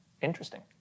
interesting